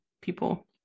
people